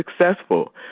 successful